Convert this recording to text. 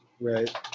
Right